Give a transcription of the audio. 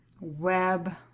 web